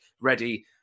ready